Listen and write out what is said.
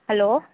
hello